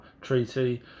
Treaty